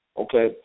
Okay